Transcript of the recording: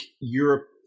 Europe